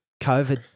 COVID